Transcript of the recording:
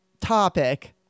topic